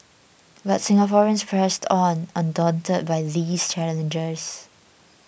but Singaporeans pressed on undaunted by these challenges